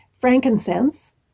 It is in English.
Frankincense